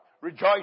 Rejoice